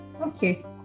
Okay